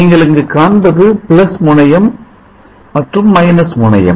நீங்கள் இங்கு காண்பது பிளஸ் முனையம் மற்றும் மைனஸ் முனையம்